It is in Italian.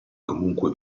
comunque